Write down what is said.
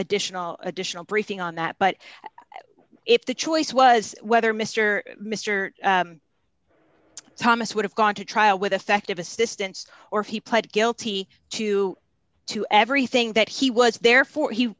additional additional briefing on that but if the choice was whether mister mister thomas would have gone to trial with effective assistance or if he pled guilty to to everything that he was there for he